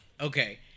Okay